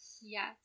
Yes